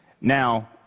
Now